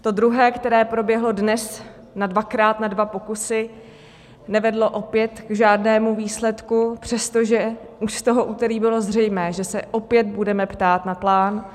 To druhé, které proběhlo dnes nadvakrát, na dva pokusy, nevedlo opět k žádnému výsledku, přestože už z úterý bylo zřejmé, že se opět budeme ptát na plán.